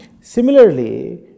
Similarly